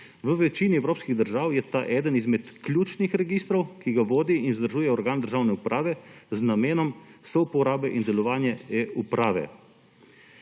V večini evropskih držav je le-ta eden izmed ključnih registrov, ki ga vodi in vzdržuje organ državne uprave, z namenom souporabe in delovanja eUprave.